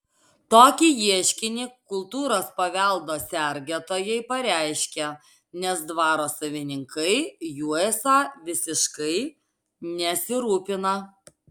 tokį ieškinį kultūros paveldo sergėtojai pareiškė nes dvaro savininkai juo esą visiškai nesirūpina